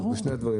שני הדברים האלה.